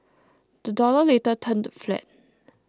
the dollar later turned flat